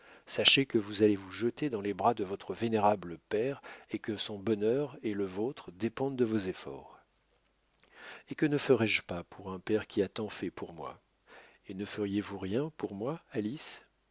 songez que vous allez vous jeter dans les bras de votre vénérable père et que son bonheur et le vôtre dépendent de vos efforts et que ne ferais-je pas pour un père qui a tant fait pour moi et ne feriez-vous rien pour moi alice